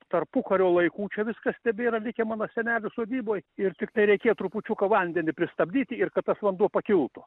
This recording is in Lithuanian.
tarpukario laikų čia viskas tebėra likę mano senelių sodyboj ir tiktai reikėjo trupučiuką vandenį pristabdyti ir kad tas vanduo pakiltų